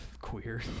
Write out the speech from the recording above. Queer